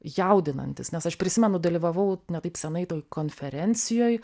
jaudinantis nes aš prisimenu dalyvavau ne taip seniai toj konferencijoj